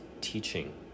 teaching